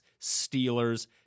Steelers